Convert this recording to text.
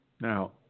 Now